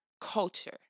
culture